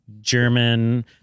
German